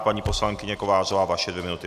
Paní poslankyně Kovářová, vaše dvě minuty.